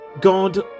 God